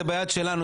זה ביד שלנו,